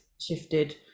shifted